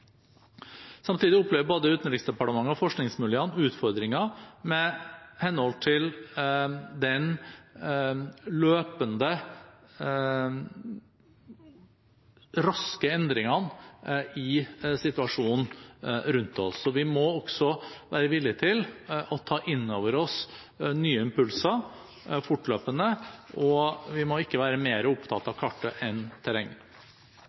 Samtidig opplever både Utenriksdepartementet og forskningsmiljøene utfordringer med hensyn til de raske endringene i situasjonen rundt oss. Vi må også være villig til å ta inn over oss nye impulser fortløpende, og vi må ikke være mer opptatt av kartet enn av terrenget.